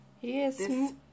Yes